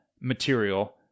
material